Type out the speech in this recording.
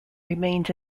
remains